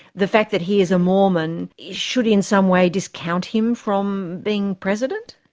the fact that he is a mormon should in some way discount him from being president?